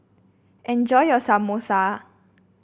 enjoy your Samosa